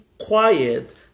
quiet